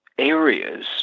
Areas